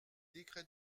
décrets